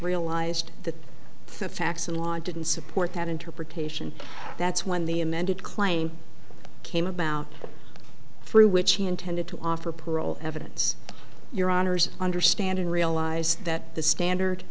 realized that the facts and law didn't support that interpretation that's when the amended claim came about through which he intended to offer parole evidence your honour's understand and realize that the standard